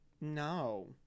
no